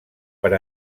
per